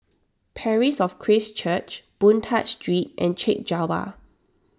Parish of Christ Church Boon Tat Street and Chek Jawa